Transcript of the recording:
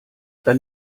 dann